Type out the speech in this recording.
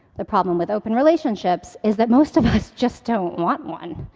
the problem with open relationships is that most of us just don't want one.